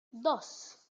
dos